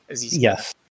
Yes